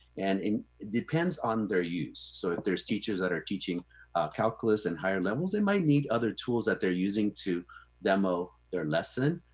and depends on their use. so if there's teachers that are teaching calculus in higher levels, they might need other tools that they're using to demo their lesson.